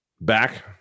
back